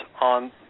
on